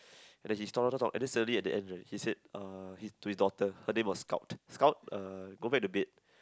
and then she saw the dog and then suddenly at the end right he said uh to his daughter her name was Scout Scout uh go back to bed